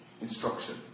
instruction